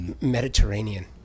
Mediterranean